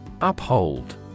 Uphold